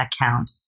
account